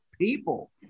people